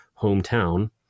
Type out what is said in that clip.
hometown